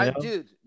dude